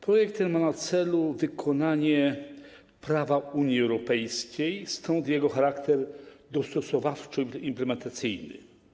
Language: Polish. Projekt ten ma na celu wykonanie prawa Unii Europejskiej, stąd jego charakter dostosowawczy, implementacyjny.